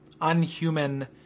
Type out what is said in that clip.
unhuman